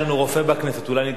יש לנו רופא בכנסת,